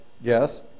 Yes